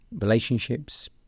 relationships